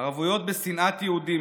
הרוויות בשנאת יהודים,